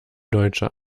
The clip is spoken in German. deutscher